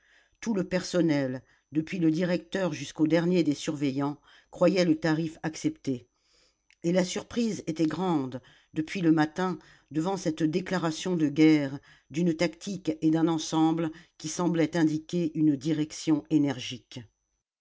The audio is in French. tout le personnel depuis le directeur jusqu'au dernier des surveillants croyait le tarif accepté et la surprise était grande depuis le matin devant cette déclaration de guerre d'une tactique et d'un ensemble qui semblaient indiquer une direction énergique